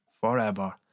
forever